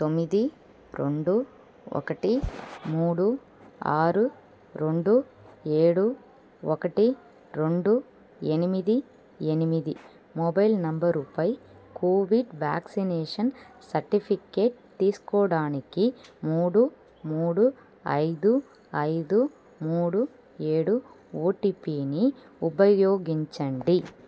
తొమ్మిది రెండు ఒకటి మూడు ఆరు రెండు ఏడు ఒకటి రెండు ఎనిమిది ఎనిమిది మొబైల్ నెంబరు పై కోవిడ్ వాక్సినేషన్ సర్టిఫికెట్ తీసుకోవడానికి మూడు మూడు ఐదు ఐదు మూడు ఏడు ఓటీపీని ఉపయోగించండి